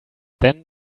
then